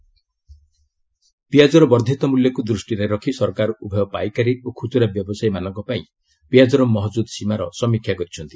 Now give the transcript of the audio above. ଗଭ୍ onion ପିଆଜର ବର୍ଦ୍ଧିତ ମୂଲ୍ୟକୁ ଦୃଷ୍ଟିରେ ରଖି ସରକାର ଉଭୟ ପାଇକାରୀ ଓ ଖ୍ରଚୂରା ବ୍ୟବସାୟୀମାନଙ୍କପାଇଁ ପିଆଜର ମହଜୂଦ୍ ସୀମାର ସମୀକ୍ଷା କରିଛନ୍ତି